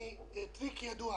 טריק ידוע: